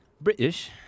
British